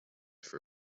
for